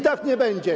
Tak nie będzie.